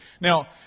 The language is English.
Now